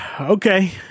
Okay